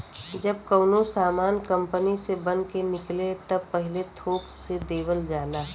जब कउनो सामान कंपनी से बन के निकले त पहिले थोक से देवल जाला